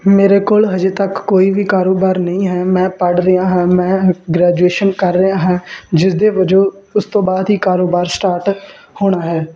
ਮੇਰੇ ਕੋਲ ਅਜੇ ਤੱਕ ਕੋਈ ਵੀ ਕਾਰੋਬਾਰ ਨਹੀਂ ਹੈ ਮੈਂ ਪੜ੍ਹ ਰਿਹਾ ਹਾਂ ਮੈਂ ਗ੍ਰੈਜੂਏਸ਼ਨ ਕਰ ਰਿਹਾ ਹਾਂ ਜਿਸਦੇ ਵਜੋਂ ਉਸ ਤੋਂ ਬਾਅਦ ਹੀ ਕਾਰੋਬਾਰ ਸਟਾਰਟ ਹੋਣਾ ਹੈ